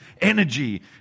energy